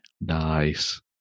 Nice